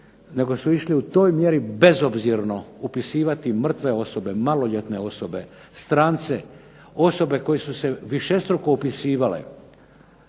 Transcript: nego su išli u toj mjeri bezobzirno upisivati mrtve osobe, maloljetne osobe, strance, osobe koje su se višestruko upisivale,